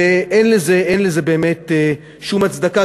אין לזה באמת שום הצדקה.